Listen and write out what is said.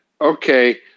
okay